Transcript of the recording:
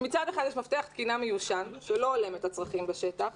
מצד אחד יש מפתח תקינה מיושן שלא הולם את הצרכים בשטח,